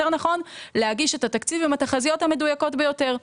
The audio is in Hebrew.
להגיש את התקציב עם התחזיות המדויקות ביותר.